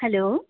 hello